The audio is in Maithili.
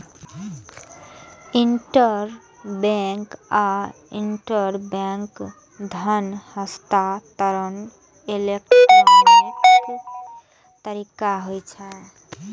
इंटरबैंक आ इंटराबैंक धन हस्तांतरण इलेक्ट्रॉनिक तरीका होइ छै